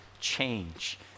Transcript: change